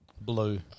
Blue